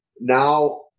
now